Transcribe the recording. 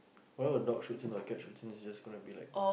or the dog shoots not the cat shoots and it's just gonna be like